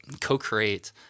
co-create